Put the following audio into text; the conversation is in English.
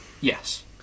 Yes